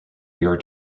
your